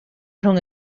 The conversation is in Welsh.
rhwng